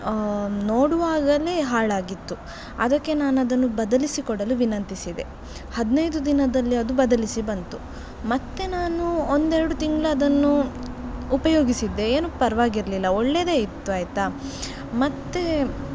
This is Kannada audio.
ನೋಡುವಾಗಲೇ ಹಾಳಾಗಿತ್ತು ಅದಕ್ಕೆ ನಾನು ಅದನ್ನು ಬದಲಿಸಿ ಕೊಡಲು ವಿನಂತಿಸಿದೆ ಹದಿನೈದು ದಿನದಲ್ಲಿ ಅದು ಬದಲಿಸಿ ಬಂತು ಮತ್ತೆ ನಾನು ಒಂದೆರಡು ತಿಂಗಳು ಅದನ್ನು ಉಪಯೋಗಿಸಿದ್ದೆ ಏನೂ ಪರವಾಗಿರಲಿಲ್ಲ ಒಳ್ಳೆಯದೇ ಇತ್ತು ಆಯ್ತಾ ಮತ್ತೆ